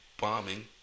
Bombing